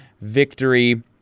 victory